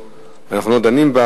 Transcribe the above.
אנחנו לא דנים בה,